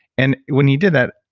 and when he did that,